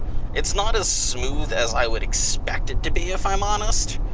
it's not as smooth as i would expect it to be if i'm honest.